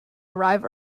arrive